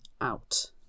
out